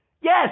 yes